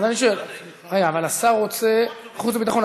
אבל השר רוצה, חוץ וביטחון.